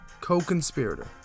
co-conspirator